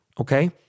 okay